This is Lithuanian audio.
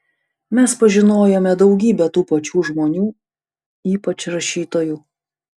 mes pažinojome daugybę tų pačių žmonių ypač rašytojų